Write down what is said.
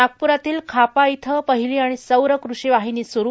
नागप्रातील खापा इथं पहिली सौर कृषी वाहिनी स्रू